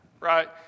right